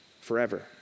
forever